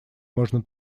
можно